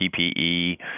PPE